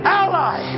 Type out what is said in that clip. ally